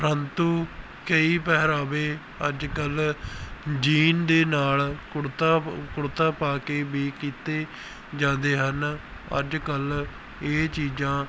ਪ੍ਰੰਤੂ ਕਈ ਪਹਿਰਾਵੇ ਅੱਜ ਕੱਲ੍ਹ ਜੀਨ ਦੇ ਨਾਲ ਕੁੜਤਾ ਕੁੜਤਾ ਪਾ ਕੇ ਵੀ ਕੀਤੇ ਜਾਂਦੇ ਹਨ ਅੱਜ ਕੱਲ੍ਹ ਇਹ ਚੀਜ਼ਾਂ